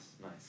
Nice